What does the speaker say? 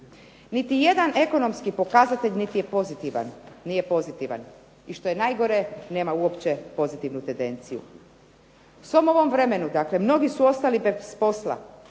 Niti jedan ekonomski pokazatelj niti je pozitivan, nije pozitivan, i što je najgore nema uopće pozitivnu tendenciju. Svom ovom vremenu, dakle mnogi su ostali bez posla,